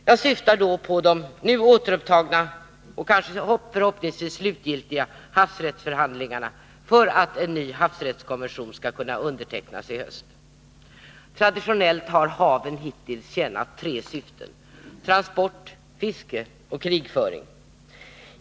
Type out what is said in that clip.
Jag syftar då på de nu återupptagna och förhoppningsvis slutgiltiga havsrättsförhandlingarna för att en ny havsrättskonvention skall kunna undertecknas i höst. Traditionellt har haven hittills tjänat tre syften: transport, fiske och krigföring.